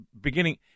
beginning